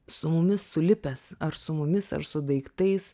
su mumis sulipęs ar su mumis ar su daiktais